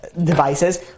devices